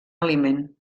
aliment